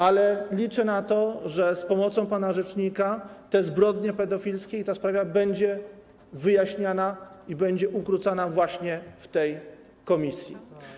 Ale liczę na to, że z pomocą pana rzecznika te zbrodnie pedofilskie i ta sprawa będą wyjaśniane i będą ukracane właśnie w tej komisji.